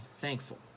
thankful